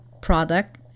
product